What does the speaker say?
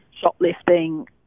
shoplifting